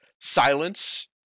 Silence